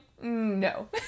no